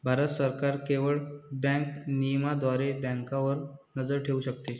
भारत सरकार केवळ बँक नियमनाद्वारे बँकांवर नजर ठेवू शकते